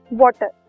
water